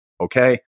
okay